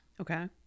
Okay